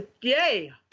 yay